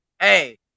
Hey